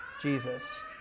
Jesus